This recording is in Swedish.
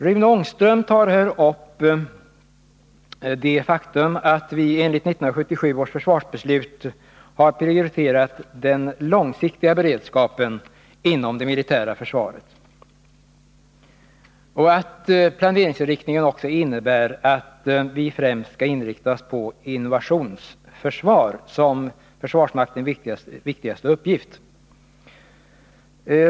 Rune Ångström tog upp det faktum att vi enligt 1977 års försvarsbeslut har prioriterat den långsiktiga beredskapen inom det militära försvaret och att planeringsinriktningen också innebär att vi främst skall koncentrera oss på invasionsförsvar som försvarsmaktens viktigaste uppgift.